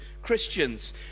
Christians